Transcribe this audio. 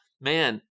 man